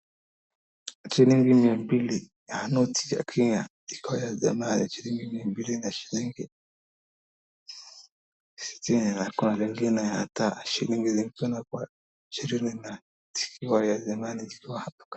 Shilingi mia mbili ya noti ya Kenya iko ya thamani shilingini 200 na shilingi 60 na kuna lingine ya taa shilingi ilikuwa naka ishirini zikiwa za zamani.